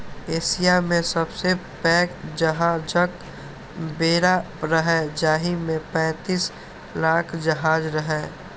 Asia मे सबसं पैघ जहाजक बेड़ा रहै, जाहि मे पैंतीस लाख जहाज रहै